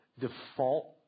default